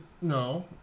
no